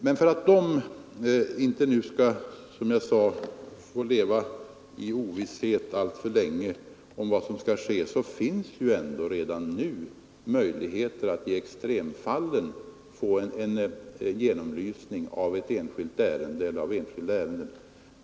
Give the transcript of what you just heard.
Men för att de inte, som jag sade, alltför länge skall få leva i ovisshet om vad som skall ske ges det ändå redan nu möjligheter att i extremfallen få en genomlysning av enskilda ärenden.